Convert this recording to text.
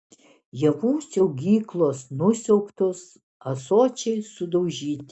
javų saugyklos nusiaubtos ąsočiai sudaužyti